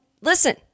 listen